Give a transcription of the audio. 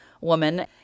woman